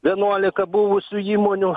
vienuolika buvusių įmonių